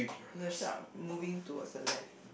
the shark moving towards the left